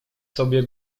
sobie